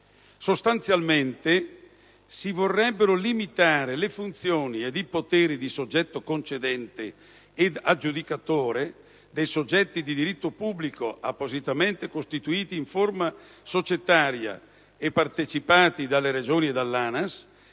Sostanzialmente si vorrebbero limitare le funzioni ed i poteri di soggetto concedente ed aggiudicatore dei soggetti di diritto pubblico appositamente costituiti in forma societaria e partecipati dalle Regioni e dall'ANAS